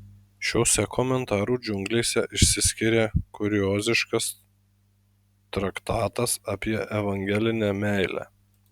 šiose komentarų džiunglėse išsiskiria kurioziškas traktatas apie evangelinę meilę